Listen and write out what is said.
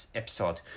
episode